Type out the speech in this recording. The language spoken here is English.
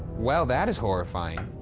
well, that is horrifying,